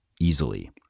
easily